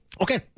Okay